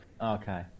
Okay